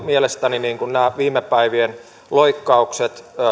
mielestäni nämä viime päivien loikkaukset